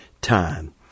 time